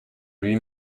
lui